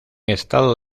estado